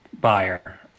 buyer